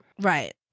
Right